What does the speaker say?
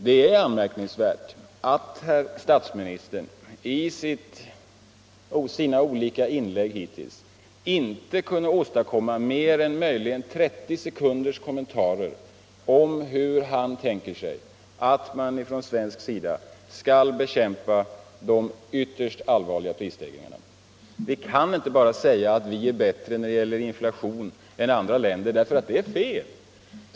Det är anmärkningsvärt att herr statsministern i sina olika inlägg hittills inte kunde åstadkomma mer än möjligen 30 sekunders kommentar till hur han tänkt sig att man från svensk sida skall bekämpa de ytterst allvarliga prisstegringarna. Vi kan inte bara säga att vi är bättre ställda när det gäller inflation än andra länder — därför att det är fel!